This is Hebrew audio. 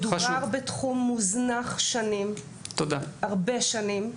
מדובר בתחום מוזנח שנים, הרבה שנים.